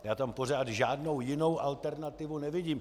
Já tam pořád žádnou jinou alternativu nevidím.